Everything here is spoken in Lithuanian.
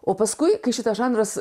o paskui kai šitas žanras